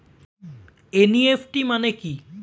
NEFT মানে কি?